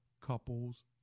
Couples